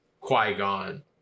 Qui-Gon